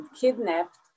kidnapped